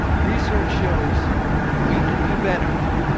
research shows we can do better.